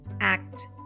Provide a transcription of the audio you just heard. Act